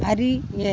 அறிய